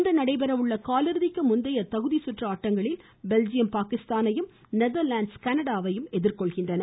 இன்று நடைபெற உள்ள காலிறுதிக்கு முந்தைய தகுதி சுற்று ஆட்டங்களில் பெல்ஜியம் பாகிஸ்தானையும் நெதர்லாண்ட்ஸ் கனடாவையும் எதிர்கொள்கின்றன